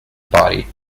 party